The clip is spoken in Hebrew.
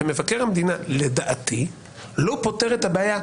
ומבקר המדינה לדעתי לא פותר את הבעיה.